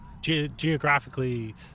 geographically